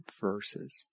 verses